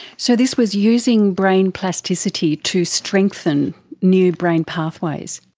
so this was using brain plasticity to strengthen new brain pathways.